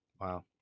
Wow